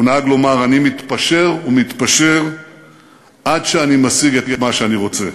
הוא נהג לומר: אני מתפשר ומתפשר עד שאני משיג את מה שאני רוצה.